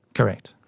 correct.